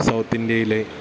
south ഇന്ത്യയിലെ